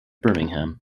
birmingham